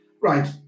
Right